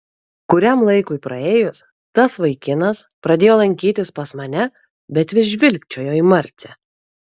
kuriam laikui praėjus tas vaikinas pradėjo lankytis pas mane bet vis žvilgčiojo į marcę